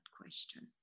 question